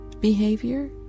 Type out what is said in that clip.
behavior